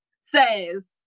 says